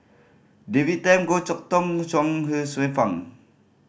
David Tham Goh Chok Tong Chuang Hsueh Fang